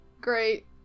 Great